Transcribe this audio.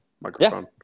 microphone